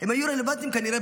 הם כנראה היו רלוונטיים בעבר,